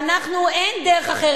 ואנחנו, אין דרך אחרת.